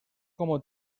como